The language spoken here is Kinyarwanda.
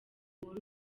uhuru